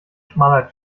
schmaler